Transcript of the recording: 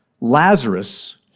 Lazarus